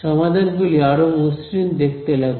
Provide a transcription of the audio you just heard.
সমাধান গুলি আরো মসৃণ দেখতে লাগবে